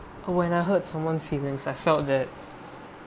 when I hurt someone's feelings I felt that